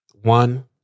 One